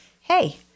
hey